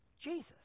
Jesus